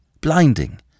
blinding